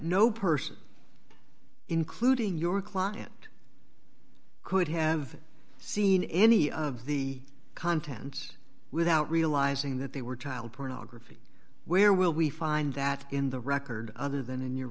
no person including your client could have seen any of the contents without realizing that they were child pornography where will we find that in the record other than in your